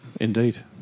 indeed